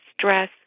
stress